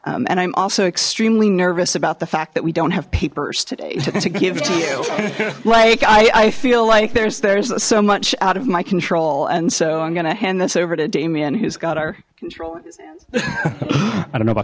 that and i'm also extremely nervous about the fact that we don't have papers today to give to you like i feel like there's there's so much out of my control and so i'm gonna hand this over to damien who's got our i don't know about